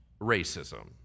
racism